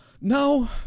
No